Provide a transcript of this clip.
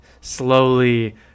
slowly